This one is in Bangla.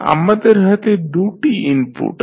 আমাদের হাতে দু'টি ইনপুট আছে